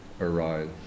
arise